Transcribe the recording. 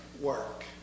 work